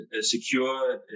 secure